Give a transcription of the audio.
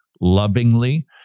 lovingly